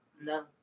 No